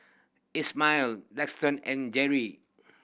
Ishmael Daxton and Jere